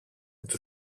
του